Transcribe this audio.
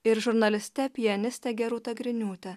ir žurnaliste pianiste gerūta griniūte